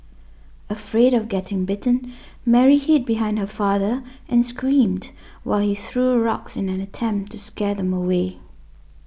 afraid of getting bitten Mary hid behind her father and screamed while he threw rocks in an attempt to scare them away